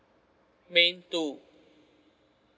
main two